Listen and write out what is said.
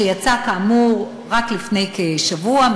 שיצא כאמור רק לפני שבוע,